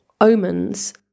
omens